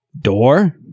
Door